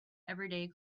everyday